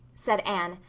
said anne,